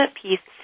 piece